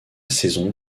saison